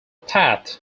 path